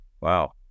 wow